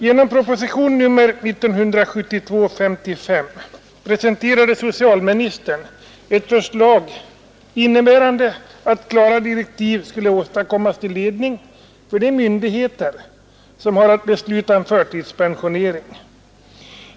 Genom propositionen 55 år 1972 har socialministern presenterat ett förslag, innebärande att bättre direktiv skulle åstadkommas till ledning för de myndigheter som har att besluta om förtidspensionering.